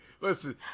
Listen